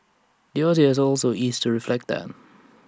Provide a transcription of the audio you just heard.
the Aussie has also eased to reflect that